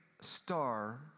star